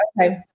okay